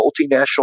multinational